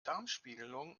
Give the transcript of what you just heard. darmspiegelung